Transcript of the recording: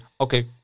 okay